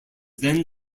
then